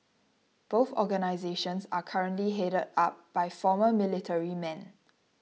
both organisations are currently headed up by former military men